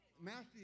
Matthew